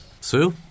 Sue